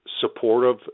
supportive